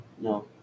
no